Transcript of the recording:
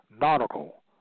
Nautical